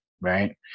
right